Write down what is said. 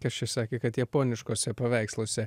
kas čia sakė kad japoniškuose paveiksluose